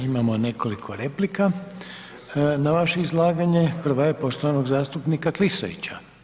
Imamo nekoliko replika na vaše izlaganje, prva je poštovanog zastupnika Klisovića.